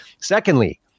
Secondly